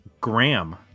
Graham